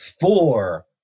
four